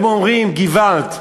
הם אומרים: געוואלד,